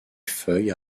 feuilles